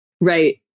Right